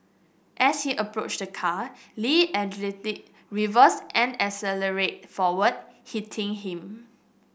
as he approached the car Lee allegedly reversed and accelerated forward hitting him